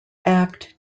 act